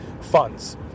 funds